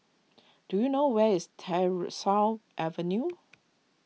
do you know where is Tyersall Avenue